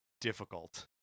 difficult